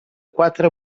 quatre